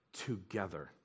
together